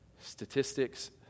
Statistics